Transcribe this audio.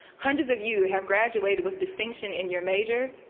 hundreds of you have graduated with distinction in your major.